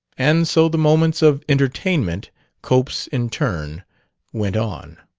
and so the moments of entertainment cope's in turn went on.